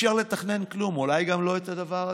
אי-אפשר לתכנן כלום, אולי גם לא את הדבר הזה,